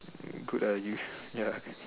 good ah you ya